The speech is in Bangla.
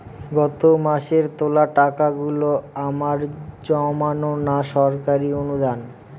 গত মাসের তোলা টাকাগুলো আমার জমানো না সরকারি অনুদান?